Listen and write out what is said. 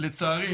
לצערי,